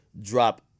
drop